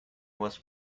was